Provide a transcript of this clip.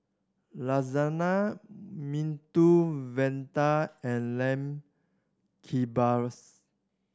Lasagna Medu Vada and Lamb Kebabs